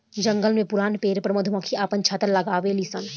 जंगल में पुरान पेड़ पर मधुमक्खी आपन छत्ता लगावे लिसन